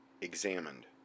Examined